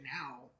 now